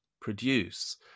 produce